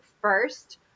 first